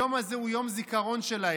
היום הזה הוא יום זיכרון שלהם.